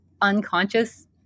unconscious